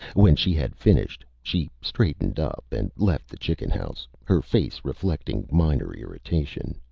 when she had finished, she straightened up and left the chicken house, her face reflecting minor irritation.